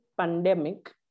pandemic